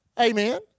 Amen